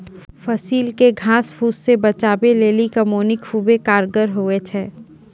फसिल के घास फुस से बचबै लेली कमौनी खुबै कारगर हुवै छै